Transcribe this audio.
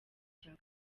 cya